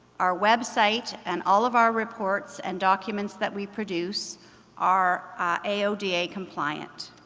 our website and all of our reports and documents that we produce are aoda compliant.